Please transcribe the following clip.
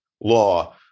law